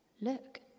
look